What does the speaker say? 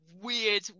weird